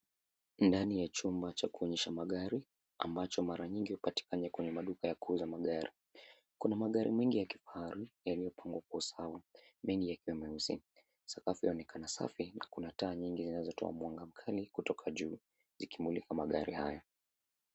Ndani ya chumba cha kuonyesha magari ambacho mara nyingi hupatikana kwenye maduka ya kuuza magari. Kuna magari mengi ya kifahari yaliyopangwa kwa usawa mengi ni ya kuuza. Sakafu inaonekana safi kuna taa nyingi zinazotoa mwanga mkali kutoka juu zikimulika magari hayo.